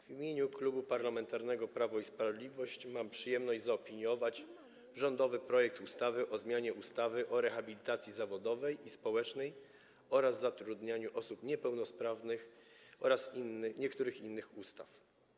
W imieniu Klubu Parlamentarnego Prawo i Sprawiedliwość mam przyjemność zaopiniować rządowy projekt ustawy o zmianie ustawy o rehabilitacji zawodowej i społecznej oraz zatrudnianiu osób niepełnosprawnych oraz niektórych innych ustaw.